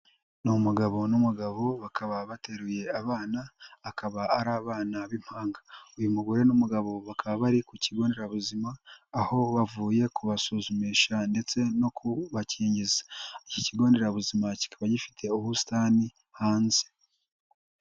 Ni umugabo n'umugabo bakaba bateruye abana, akaba ari abana b'impanga, uyu mugore n'umugabo bakaba bari ku kigo nderabuzima, aho bavuye kubasuzumisha ndetse no kubakingiza, iki kigo nderabuzima kikaba gifite ubusitani hanze.